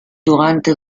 durante